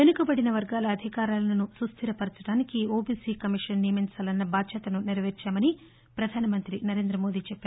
వెనుకబడిన వర్గాల అధికారాలను సుస్టిరపర్చడానికి ఓబీసీ కమిషన్ నియమించాలన్న బాధ్యతను నెరవేర్చామని పధానమంతి నరేందమోడీ తెలిపారు